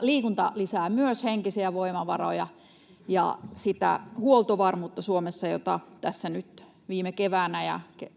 Liikunta lisää myös henkisiä voimavaroja ja sitä huoltovarmuutta Suomessa, jota meidän on tässä nyt viime kevään,